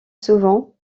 souvent